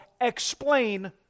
explain